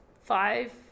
five